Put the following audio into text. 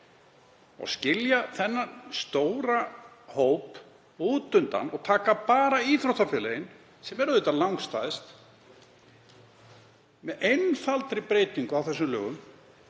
að skilja þennan stóra hóp út undan og taka bara íþróttafélögin sem eru auðvitað langstærst með einfaldri breytingu á þessum lögum